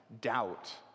doubt